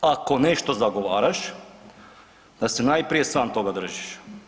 Ako nešto zagovaraš, da se najprije sam toga držiš.